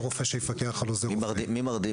רופא שיפקח על עוזר רופא -- מי מרדים